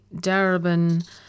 Darabin